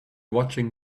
watching